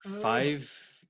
five